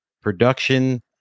production